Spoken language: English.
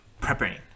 preparing